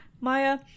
Maya